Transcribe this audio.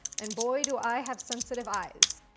and, boy, do i have sensitive eyes.